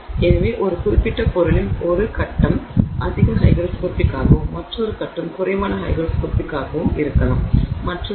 எனவே ஒரு குறிப்பிட்ட பொருளின் ஒரு ஃபேஸ் அதிக ஹைக்ரோஸ்கோபிக் ஆகவும் மற்றொரு கட்டம் குறைவான ஹைக்ரோஸ்கோபிக் ஆகவும் இருக்கலாம் மற்றும் பல